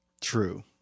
True